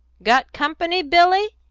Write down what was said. got company, billy?